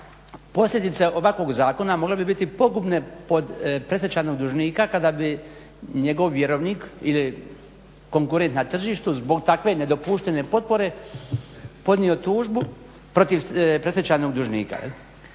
Posljedice ovakvog zakona mogle bi biti pogubne po predstečajnog dužnika kada bi njegov vjerovnik ili konkurent na tržištu zbog takve nedopuštene potpore podnio tužbu protiv predstečajnog dužnika.